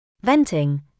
Venting